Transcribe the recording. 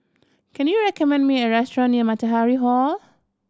can you recommend me a restaurant near Matahari Hall